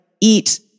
eat